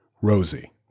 Rosie